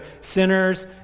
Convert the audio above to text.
sinners